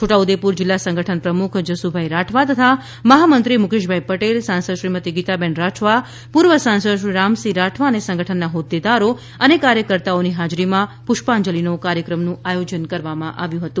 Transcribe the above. છોટાઉદેપુર જીલ્લા સંગઠન પ્રમુખ શ્રી જશુભાઈ રાઠવા તથા મહામંત્રી શ્રી મુકેશભાઈ પટેલ સાંસદ શ્રીમતી ગીતાબેન રાઠવા પૂર્વ સાંસદ શ્રી રામસિંહ રાઠવા તથા સંગઠનના હોદ્દેદારો અને કાર્યકર્તાઓની હાજરીમાં પુષ્પાંજલિ નો કાર્યક્રમ નું આયોજન કરવામાં આવ્યું હતું